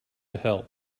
help